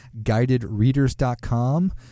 guidedreaders.com